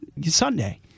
Sunday